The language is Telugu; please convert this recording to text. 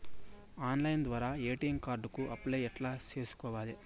ఆన్లైన్ ద్వారా ఎ.టి.ఎం కార్డు కు అప్లై ఎట్లా సేసుకోవాలి?